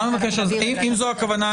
אם זו הכוונה,